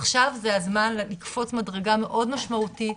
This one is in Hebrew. עכשיו זה הזמן לקפוץ מדרגה מאוד משמעותית,